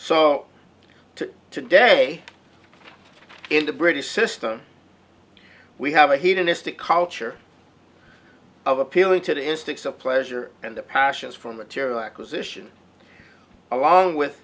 to today in the british system we have a hedonistic culture of appealing to the instincts of pleasure and the passions for material acquisition along with